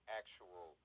actual